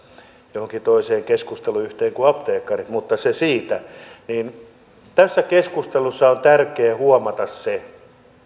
johonkin toiseen keskusteluyhteyteen kuin apteekkarit mutta se siitä tässä keskustelussa on tärkeää huomata se että